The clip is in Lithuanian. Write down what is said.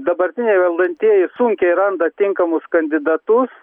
dabartiniai valdantieji sunkiai randa tinkamus kandidatus